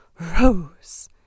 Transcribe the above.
rose